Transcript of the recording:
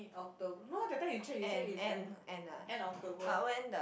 October no that time you check you say is end end October